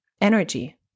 energy